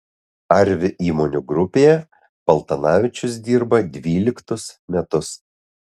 arvi įmonių grupėje paltanavičius dirba dvyliktus metus